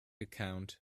account